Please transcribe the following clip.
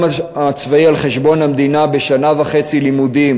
הצבאי על חשבון המדינה בשנה וחצי לימודים,